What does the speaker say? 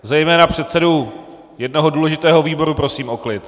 Zejména předsedu jednoho důležitého výboru prosím o klid.